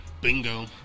Bingo